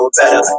better